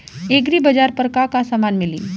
एग्रीबाजार पर का का समान मिली?